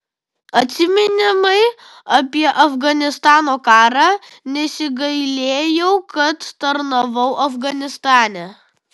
atsiminimai apie afganistano karą nesigailėjau kad tarnavau afganistane